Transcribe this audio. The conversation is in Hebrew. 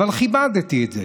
אבל כיבדתי את זה.